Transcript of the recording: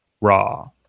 raw